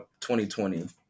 2020